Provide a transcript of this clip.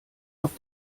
auf